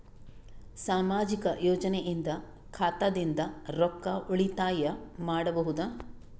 ಸಾಮಾಜಿಕ ಯೋಜನೆಯಿಂದ ಖಾತಾದಿಂದ ರೊಕ್ಕ ಉಳಿತಾಯ ಮಾಡಬಹುದ?